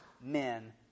men